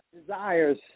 desires